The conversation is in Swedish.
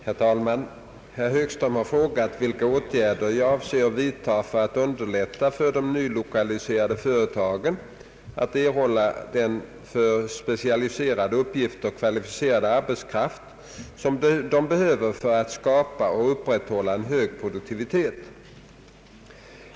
Herr talman! Herr Högström har frågat vilka åtgärder jag avser att vidta för att underlätta för de nylokaliserade företagen att erhålla den för specialiserade uppgifter kvalificerade arbetskraft som de behöver för att skapa och upprätthålla en hög produktivitet.